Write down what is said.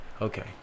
Okay